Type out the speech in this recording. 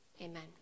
Amen